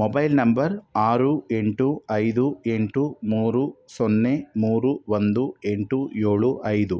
mobile number ಆರು ಎಂಟು ಐದು ಎಂಟು ಮೂರು ಸೊನ್ನೆ ಮೂರು ಒಂದು ಎಂಟು ಏಳು ಐದು